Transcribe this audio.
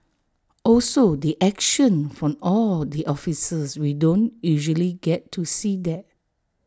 also the action from all the officers we don't usually get to see that